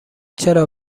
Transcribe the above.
چرا